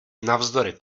navzdory